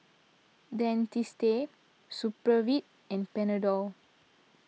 Dentiste Supravit and Panadol